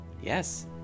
Yes